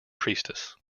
priestess